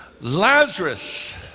Lazarus